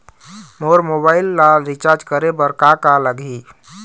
मोर mobile ला recharge करे बर का का लगही?